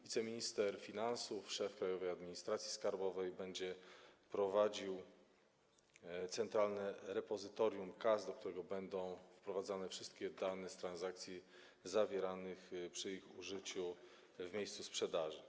Wiceminister finansów szef Krajowej Administracji Skarbowej będzie prowadził centralne repozytorium kas, do którego będą wprowadzane wszystkie dane z transakcji zawieranych przy ich użyciu w miejscu sprzedaży.